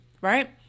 right